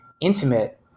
intimate